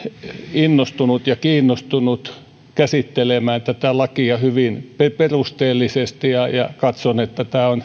innostunut ja kiinnostunut käsittelemään lakia hyvin perusteellisesti ja ja katson että tämä on